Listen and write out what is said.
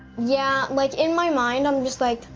yeah, like in my mind, i'm just like,